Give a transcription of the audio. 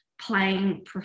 playing